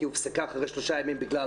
היא הופסקה אחרי שלושה ימים בגלל